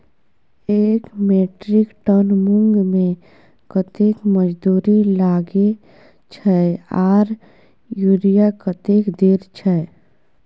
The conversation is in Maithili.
एक मेट्रिक टन मूंग में कतेक मजदूरी लागे छै आर यूरिया कतेक देर छै?